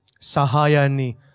sahayani